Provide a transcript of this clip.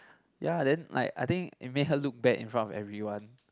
ya then like I think it make her look bad in front of everyone